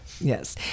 Yes